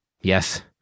Yes